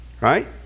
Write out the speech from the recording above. Right